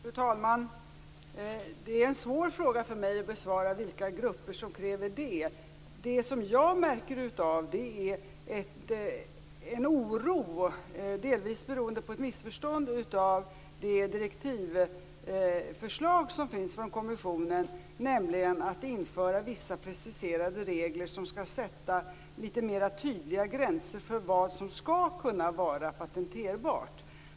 Fru talman! Det är en svår fråga för mig att svara på, dvs. vilka grupper som kräver detta. Jag märker en oro delvis beroende på ett missförstånd av det direktivförslag som finns från kommissionen, nämligen att införa vissa preciserade regler som skall sätta litet mer tydliga gränser för vad som skall kunna vara patenterbart.